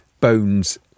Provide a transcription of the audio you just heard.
Bones